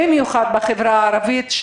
במיוחד בחברה הערבית,